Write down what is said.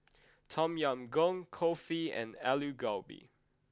Tom Yam Goong Kulfi and Alu Gobi